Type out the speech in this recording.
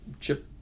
chip